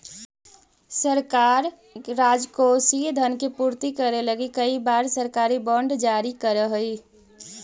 सरकार राजकोषीय धन के पूर्ति करे लगी कई बार सरकारी बॉन्ड जारी करऽ हई